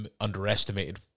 underestimated